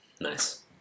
Nice